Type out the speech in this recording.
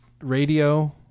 radio